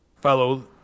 Follow